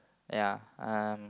ya um